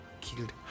Killed